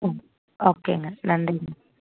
ம் ஓகேங்க நன்றிங்க